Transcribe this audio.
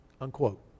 unquote